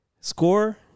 Score